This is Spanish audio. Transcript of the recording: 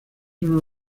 uno